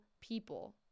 people